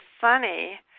funny